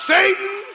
Satan